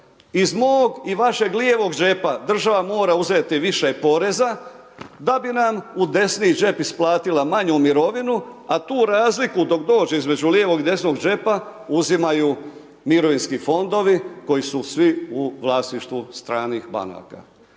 iz mog i vašeg lijevog džepa država mora uzeti više poreza da bi nam u desni džep isplatila manju mirovinu a tu razliku dok dođe između lijevog i desnog džepa, uzimaju mirovinski fondovi koji su svi u vlasništvu stranih banaka.